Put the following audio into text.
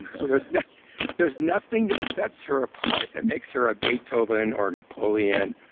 so there's nothing there's nothing that sets her apart that makes her a beethoven, or a napoleon,